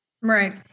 Right